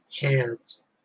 hands